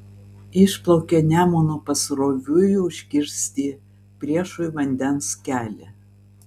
išplaukė nemunu pasroviui užkirsti priešui vandens kelią